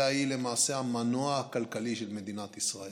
אלא היא למעשה המנוע הכלכלי של מדינת ישראל.